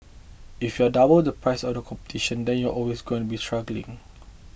if you are double the price of the competition then you're always going to be struggling